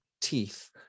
teeth